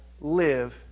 live